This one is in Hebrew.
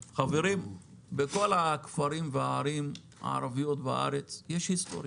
בכל הערים והכפרים הערביים בארץ יש היסטוריה.